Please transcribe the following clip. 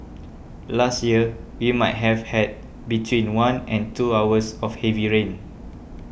last year we might have had between one and two hours of heavy rain